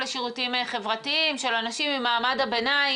של אנשים ממעמד הביניים.